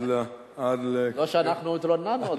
לא שהתלוננו.